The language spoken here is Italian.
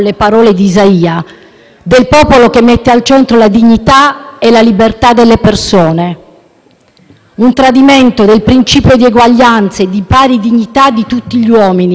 Un tradimento del principio di eguaglianza e di pari dignità di tutti gli uomini, del rispetto e dell'amore per il prossimo, della pratica della solidarietà: